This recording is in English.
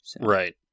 Right